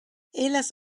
ellas